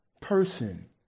person